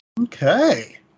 okay